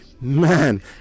Man